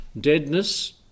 deadness